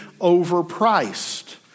overpriced